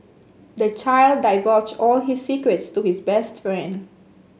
the child divulged all his secrets to his best friend